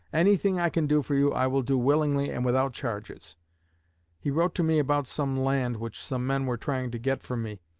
anything i can do for you i will do willingly and without charges he wrote to me about some land which some men were trying to get from me,